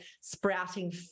sprouting